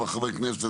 אבל חברי כנסת,